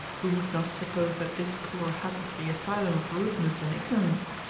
who would not suppose that this poor hut is the asylum of rudeness and ignorance?